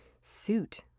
suit